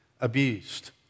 abused